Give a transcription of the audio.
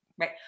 right